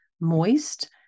moist